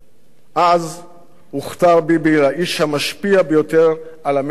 אז הוכתר ביבי לאיש המשפיע ביותר על המשק הישראלי.